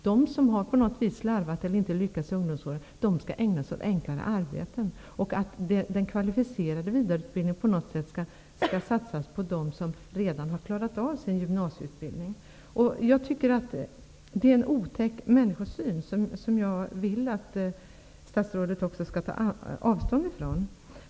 De som på något sätt har slarvat eller inte har lyckats under ungdomsåren skall ägna sig åt enklare arbeten, medan den kvalificerade vidareutbildningen skall satsas på dem som redan har klarat sin gymnasieutbildning. Detta är en otäck människosyn som jag vill att också statsrådet skall ta avstånd från.